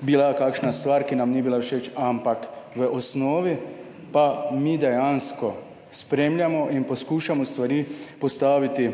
bila kakšna stvar, ki nam ni bila všeč, ampak v osnovi pa mi dejansko spremljamo in poskušamo stvari postaviti